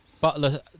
Butler